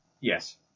yes